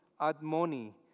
Admoni